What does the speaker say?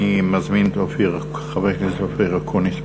אני מזמין את חבר הכנסת אופיר אקוניס.